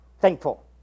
Thankful